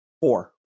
Four